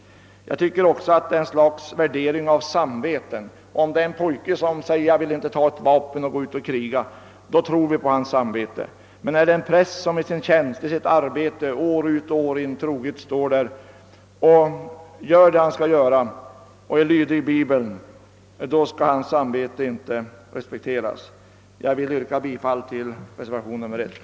Jag tycker också att här förekommer ett slags värdering av samve ten. Om en pojke säger att han inte vill ta till vapen och gå ut i krig, så respekterar vi hans samvetsnöd. Men när en präst i sitt arbete år ut och år in troget gör vad han skall göra och är lydig Bibeln, då respekteras inte hans samvete! Herr talman! Jag yrkar bifall till re :servation nr 1.